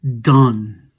done